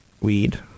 Weed